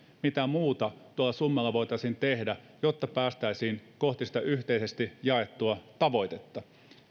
mitä muuta tuolla summalla voitaisiin tehdä jotta päästäisiin kohti sitä yhteisesti jaettua tavoitetta